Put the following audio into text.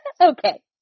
Okay